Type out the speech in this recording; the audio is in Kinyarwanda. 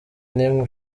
n’imwe